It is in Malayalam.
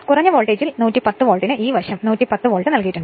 കുറഞ്ഞ വോൾട്ടേജിൽ 110 വോൾട്ടിന് ഈ വശം 110 വോൾട്ട് നൽകിയിട്ടുണ്ട്